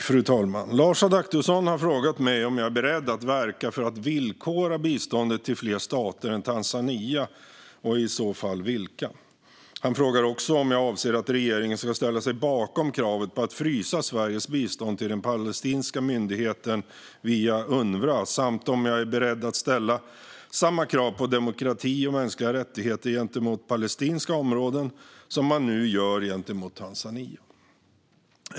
Fru talman! Lars Adaktusson har frågat mig om jag är beredd att verka för att villkora biståndet till fler stater än Tanzania och i så fall vilka. Han frågar också om jag avser att regeringen ska ställa sig bakom kravet på att frysa Sveriges bistånd till den palestinska myndigheten via Unrwa samt om jag är beredd att ställa samma krav på demokrati och mänskliga rättigheter gentemot palestinska områden som man nu gör gentemot Tanzania.